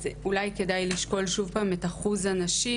אז אולי כדאי לשקול שוב פעם את אחוז הנשים,